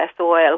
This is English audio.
oil